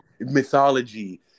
mythology